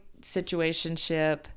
situationship